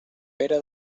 pere